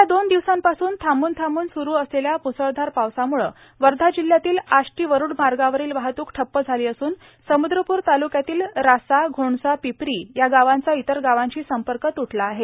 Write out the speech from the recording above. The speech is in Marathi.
गेल्या दोन दिवसापासून थांबून थांबून सुरू असलेल्या मुसळधार पावसामुळ वर्धा जिल्ह्यातील आष्टी वरुड मार्गावरील वाहतूक ठप्प झाली असून समुद्रपूर तालुक्यातील रासा घोणसा पिपरी या गावांचा इतर गावांशी संपर्क तुटला आहे